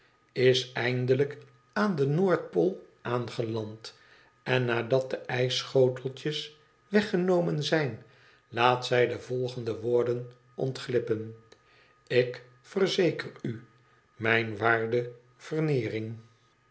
is eindelijk aan de noordpool aangeland en nadat de ijsschoteltjes weggenomen zijn laat zij de volgende woorden ontglippen ik verzeker u mijn waarde veneering